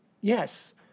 yes